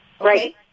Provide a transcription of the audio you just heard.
Right